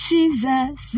Jesus